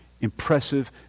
impressive